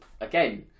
again